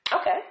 Okay